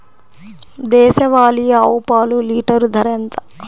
దేశవాలీ ఆవు పాలు లీటరు ధర ఎంత?